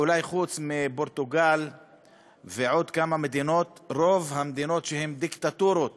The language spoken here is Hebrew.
אולי חוץ מפורטוגל ועוד כמה מדינות ברוב המדינות שהן דיקטטורות